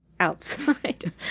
Outside